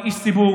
אני איש ציבור,